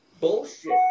bullshit